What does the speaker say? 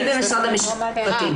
אני ממשרד המשפטים.